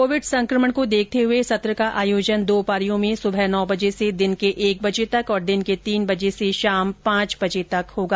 Covid संक्रमण को देखते हुए सत्र का आयोजन दो पारियों में सुबह नौ बजे से दिन के एक बजे तक और दिन के तीन बजे से शाम पांच बजे तक होगा